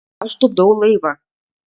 aš tupdau laivą